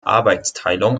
arbeitsteilung